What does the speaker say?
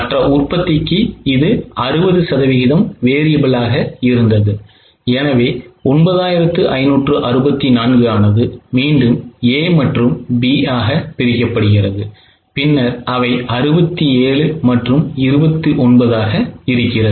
மற்ற உற்பத்திக்கு 60 சதவீதம் variable ஆக இருந்தது எனவே 9564 ஆனது மீண்டும் A மற்றும் B ஆக பிரிக்கப்படுகிறது பின்னர் அவை 67 மற்றும் 29 ஆக இருக்கிறது